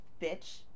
bitch